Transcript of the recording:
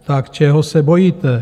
Tak čeho se bojíte?